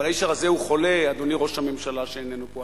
אבל האיש הרזה חולה, אדוני ראש הממשלה, שאיננו פה.